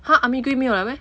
!huh! army green 没有了 meh green